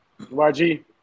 YG